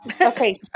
okay